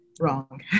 Wrong